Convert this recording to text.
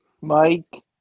Mike